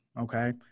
Okay